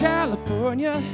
California